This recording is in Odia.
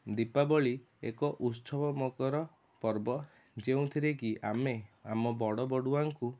ଦୀପାବଳୀ ଏକ ଉତ୍ସବମୁଖର ପର୍ବ ଯେଉଁଥିରେ କି ଆମେ ଆମ ବଡ଼ବଡ଼ୁଆଙ୍କୁ